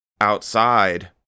outside